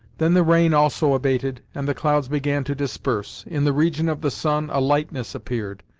then the rain also abated, and the clouds began to disperse. in the region of the sun, a lightness appeared,